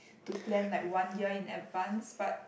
to plan like one year in advance but